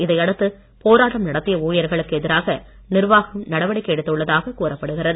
இதை அடுத்து போராட்டம் நடத்திய ஊழியர்களுக்கு எதிராக நிர்வாகம் நடவடிக்கை எடுத்துள்ளதாக கூறப்படுகிறது